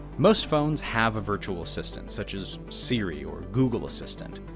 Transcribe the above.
most phones have a virtual assistant, such as siri or google assistant,